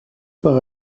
par